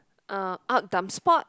uh out dumb sport